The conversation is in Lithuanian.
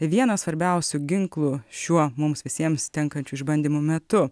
vienas svarbiausių ginklų šiuo mums visiems tenkančių išbandymų metu